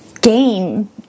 game